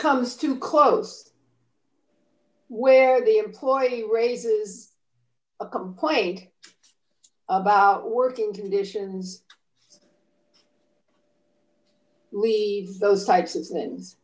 comes to close where the employee raises a complaint about working conditions leave those types of things